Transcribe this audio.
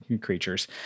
creatures